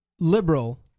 Liberal